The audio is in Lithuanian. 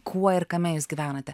kuo ir kame jūs gyvenate